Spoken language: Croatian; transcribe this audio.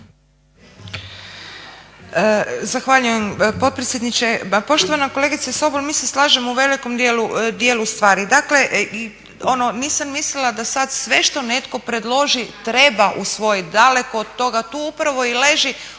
Zahvaljujem potpredsjedniče. Poštovana kolegice Sobol mi se slažemo u velikom dijelu stvari. Dakle, ono nisam mislila da sad sve što netko predloži treba usvojiti, daleko od toga, tu upravo i leži